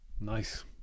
Nice